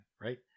Right